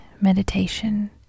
meditation